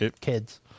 kids